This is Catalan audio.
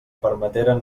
permeteren